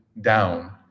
down